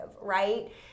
right